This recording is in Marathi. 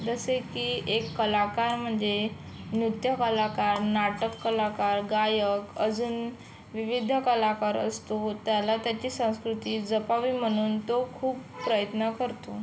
जसे की एक कलाकार म्हणजे नृत्य कलाकार नाटक कलाकार गायक अजून विविध कलाकार असतो त्याला त्याची संस्कृती जपावी म्हणून तो खूप प्रयत्न करतो